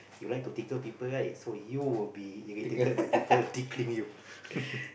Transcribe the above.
you like to tickle people right so you will be irritated by people tickling you